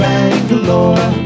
Bangalore